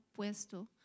puesto